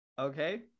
Okay